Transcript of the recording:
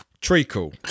treacle